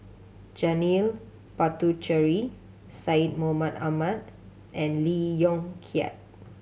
Janil Puthucheary Syed Mohamed Ahmed and Lee Yong Kiat